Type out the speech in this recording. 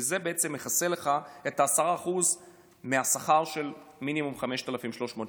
וזה בעצם מכסה לך את ה-10% מהשכר מינימום 5,300 שקל,